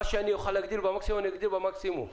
מה שאוכל להגדיל במקסימום, אגדיל במקסימום.